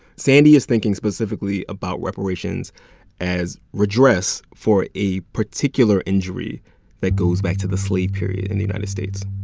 sandy is thinking specifically about reparations as redress for a particular injury that goes back to the slave period in the united states